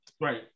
Right